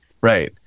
Right